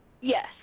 Yes